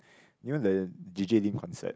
you know the J_J-Lin concert